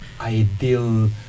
ideal